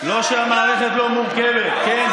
לא שהמערכת לא מורכבת, כן?